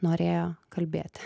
norėjo kalbėti